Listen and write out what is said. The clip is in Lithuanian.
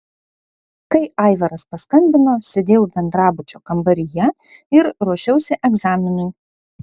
kai aivaras paskambino sėdėjau bendrabučio kambaryje ir ruošiausi egzaminui